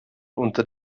unter